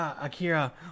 Akira